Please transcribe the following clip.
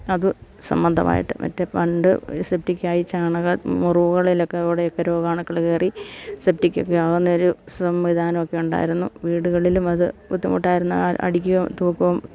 അത് സംബന്ധവായിട്ട് മറ്റേ പണ്ട് സെപ്റ്റിക്കായി ചാണക മുറുവുകളിലൊക്കെ കൂടെയൊക്കെ രോഗാണുക്കള് കയറി സെപ്റ്റിക്കൊക്കെ ആകുന്നയൊരു സംവിധാനം ഒക്കെ ഉണ്ടായിരുന്നു വീടുകളിലും അത് ബുദ്ധിമുട്ടായിരുന്നു അടിക്കുകയും തൂക്കുകയും